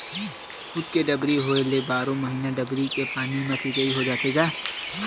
खुद के डबरी होए ले बारो महिना डबरी के पानी म सिचई हो जाथे गा